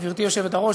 גברתי היושבת-ראש,